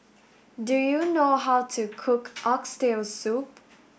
do you know how to cook oxtail soup